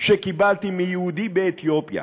שקיבלתי מיהודי באתיופיה,